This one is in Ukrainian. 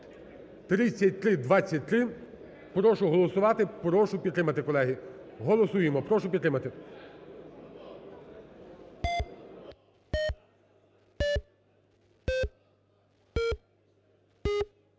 3323. Прошу голосувати, прошу підтримати, колеги. Голосуємо, прошу підтримати.